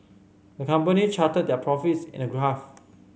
the company charted their profits in a graph